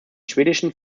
schwedischen